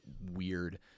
weird